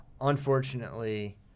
unfortunately